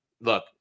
Look